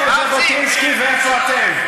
איפה ז'בוטינסקי ואיפה אתם?